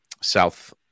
South